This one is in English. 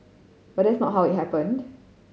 but that is not how it happened